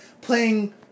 playing